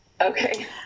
Okay